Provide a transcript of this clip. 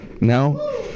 No